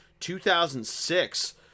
2006